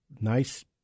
nice